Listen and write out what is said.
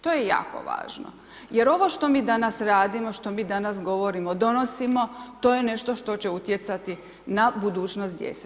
To je jako važno jer ovo što mi danas radimo, što mi danas govorimo, donosimo, to je nešto što će utjecati na budućnost djece.